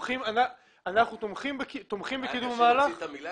תומכים בקידום המהלך.